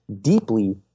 deeply